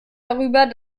darüber